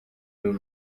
nos